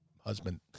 husband